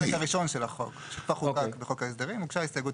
בחלק הראשון של החוק בחוק ההסדרים הוגשה הסתייגות